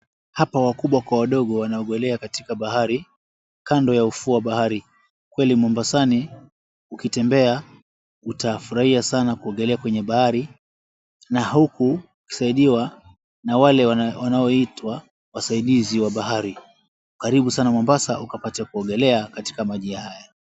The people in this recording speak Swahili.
Hapa wakubwa kwa wadogo wanaogelea katika bahari kando ya ufuo wa bahari. Kweli Mombasani ukitembea utafurahia sana kuogelea kwenye bahari na huku ukisaidiwa na watu wale wanaoitwa wasaidizi wa bahari. Karibu sana Mombasa upate kuongelea katika maji haya.